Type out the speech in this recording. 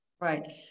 Right